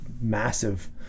massive